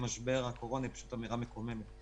משבר הקורונה היא פשוט אמירה מקוממת.